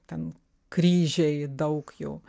ten kryžiai daug jų